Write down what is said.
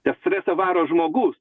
tą stresą varo žmogus